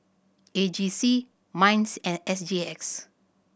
A G C MINDS and S G X